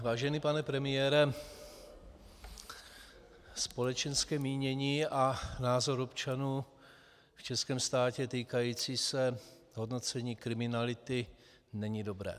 Vážený pane premiére, společenské mínění a názor občanů v českém státě týkající se hodnocení kriminality není dobré.